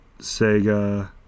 Sega